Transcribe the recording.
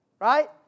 right